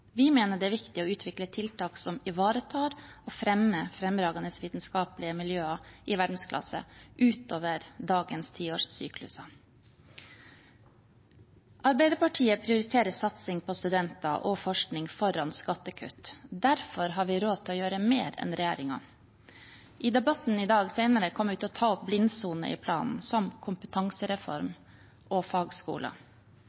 Vi mener det er viktig å utvikle tiltak som ivaretar og fremmer fremragende vitenskapelige miljøer i verdensklasse, utover dagens tiårssykluser. Arbeiderpartiet prioriterer satsing på studenter og forskning foran skattekutt. Derfor har vi råd til å gjøre mer enn regjeringen. I debatten senere i dag kommer vi til å ta opp blindsoner i planen, som